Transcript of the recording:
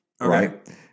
right